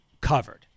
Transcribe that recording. covered